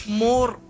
more